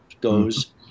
goes